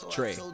Trey